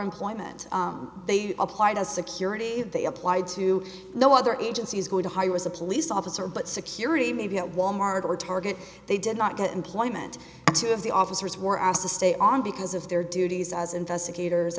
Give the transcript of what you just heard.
employment they applied as security they applied to no other agency is going to hire as a police officer but security may be at wal mart or target they did not get employment two of the officers were asked to stay on because of their duties as investigators